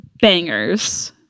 bangers